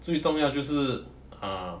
最重要就是 ah